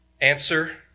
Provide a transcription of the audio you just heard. Answer